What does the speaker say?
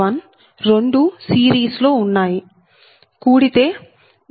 10 రెండూ సిరీస్ లో ఉన్నాయి కూడితే j0